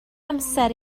amser